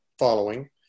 following